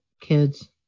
kids